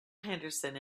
henderson